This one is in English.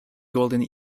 golden